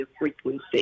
frequency